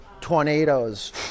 tornadoes